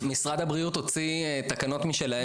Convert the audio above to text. משרד הבריאות הוציא תקנות משלהם.